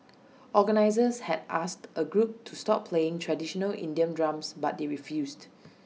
organisers had asked A group to stop playing traditional Indian drums but they refused